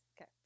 Okay